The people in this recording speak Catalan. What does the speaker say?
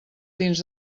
dins